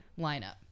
lineup